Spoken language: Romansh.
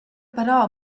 però